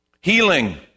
healing